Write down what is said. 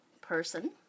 person